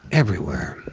everywhere.